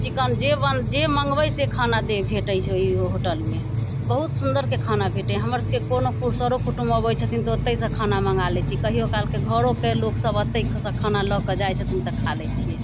chicken जे जे मँगबै से खाना देब भेटै छै ओइ होटलमे बहुत सुन्दरके खाना भेटै हमर सबके कोनो सरो कुटुम अबै छथिन तऽ ओतैसं खाना मँगा लै छी कहियो कालकऽ घरोके लोक सब अतैसँ खाना लऽ कऽ जाइ छथिन तऽ खा लै छियै